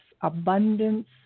abundance